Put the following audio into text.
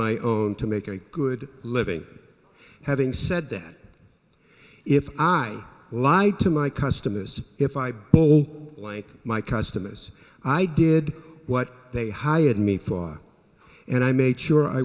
my own to make a good living having said that if i lied to my custom is if i bowl like my customers i did what they hired me thought and i made sure i